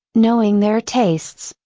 knowing their tastes,